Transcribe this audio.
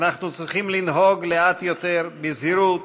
אנחנו צריכים לנהוג לאט יותר, בזהירות,